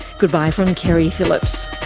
goodbye from keri phillips